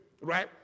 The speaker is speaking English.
right